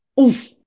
Oof